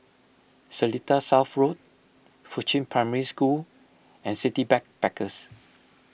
Seletar South Road Fuchun Primary School and City Backpackers